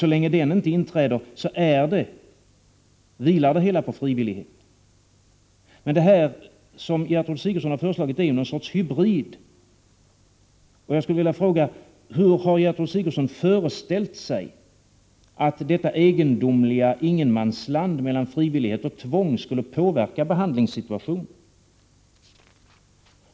Så länge denna situation inte inträder vilar det hela på frivillighet. Vad statsrådet Sigurdsen har föreslagit är någon sorts hybrid. Hur har statsrådet Sigurdsen föreställt sig att detta egendomliga ingenmansland mellan frivillighet och tvång skulle påverka behandlingssituationen?